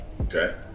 Okay